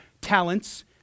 talents